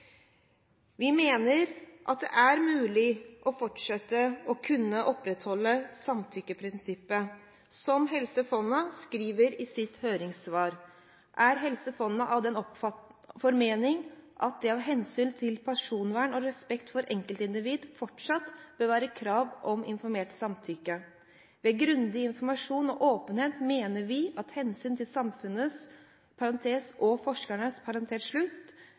Vi mener at det er mulig å fortsette å kunne opprettholde samtykkeprinsippet. Helse Fonna skriver i sitt høringssvar at de «er av den formening at det av hensyn til personvern og respekt for enkeltindividet fortsatt bør være krav om informert samtykke. Ved grundig informasjon og åpenhet mener vi at hensynet til samfunnets behov vil bli ivaretatt, og